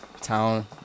town